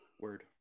Word